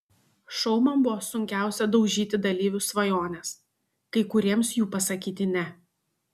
šou man buvo sunkiausia daužyti dalyvių svajones kai kuriems jų pasakyti ne